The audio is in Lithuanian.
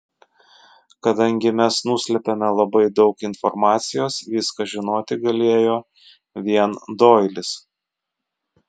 kadangi mes nuslėpėme labai daug informacijos viską žinoti galėjo vien doilis